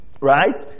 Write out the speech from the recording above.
Right